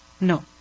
No